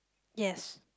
yes